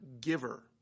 giver